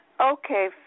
Okay